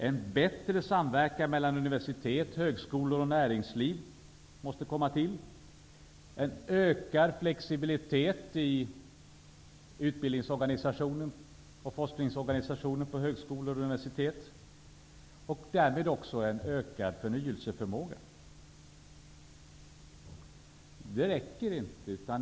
En bättre samverkan mellan universitet, högskolor och näringsliv måste komma till stånd, en ökad flexibilitet i utbildnings och forskningsorganisationen på högskolor och universitet och därmed också en ökad förnyelseförmåga. Men det räcker inte.